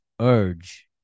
urge